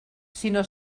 sinó